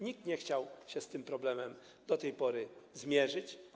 Nikt nie chciał się z tym problemem do tej pory zmierzyć.